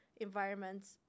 environments